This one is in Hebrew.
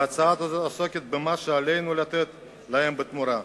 וההצעה הזו עוסקת במה שעלינו לתת להם בתמורה.